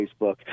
Facebook